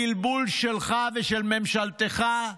בלבול שלך ושל ממשלתך,